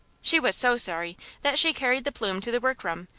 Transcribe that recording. she was so sorry that she carried the plume to the work room,